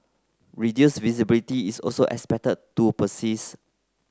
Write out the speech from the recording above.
reduce visibility is also expected to persist